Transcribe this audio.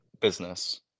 business